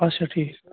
اچھا ٹھیٖک